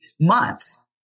months